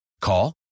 Call